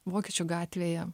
vokiečių gatvėje